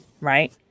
right